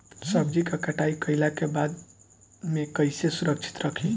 सब्जी क कटाई कईला के बाद में कईसे सुरक्षित रखीं?